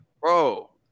Bro